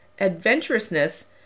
Adventurousness